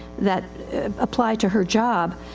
that apply to her job.